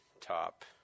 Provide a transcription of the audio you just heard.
Top